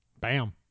Bam